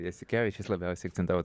jasikevičius labiausiai akcentavo